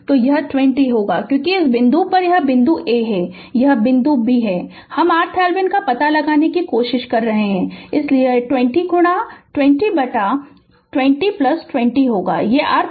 तो यह 20 होगा क्योंकि इस बिंदु पर यह बिंदु A है यह बिंदु B है हम RThevenin का पता लगाने की कोशिश कर रहे हैं इसलिए यह 20 गुणा 20 बटा 2020 होगा यह RThevenin को पता लगाना है